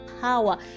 power